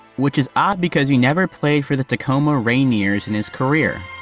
which is odd because he never played for the tacoma rainiers in his career.